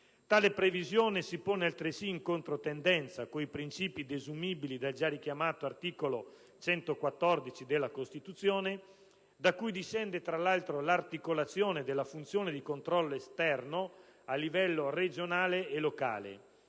Tale previsione si pone altresì in controtendenza con i principi desumibili dal già richiamato articolo 114 della Costituzione, da cui discende, tra l'altro, l'articolazione della funzione di controllo esterno a livello regionale e locale.